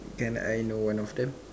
can I know one of them